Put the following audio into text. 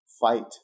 fight